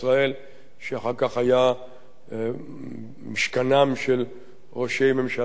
שאחר כך היה משכנם של ראשי ממשלה בישראל,